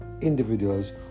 individuals